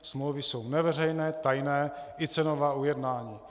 Smlouvy jsou neveřejné, tajné, i cenová ujednání.